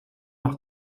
noch